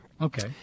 Okay